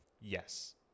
yes